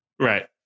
Right